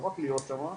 לא רק להיות שם,